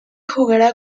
jugará